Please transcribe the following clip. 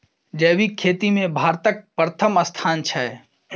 जैबिक खेती मे भारतक परथम स्थान छै